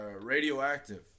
Radioactive